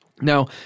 Now